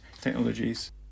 technologies